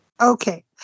Okay